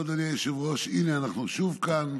טוב, אדוני היושב-ראש, הינה אנחנו שוב כאן.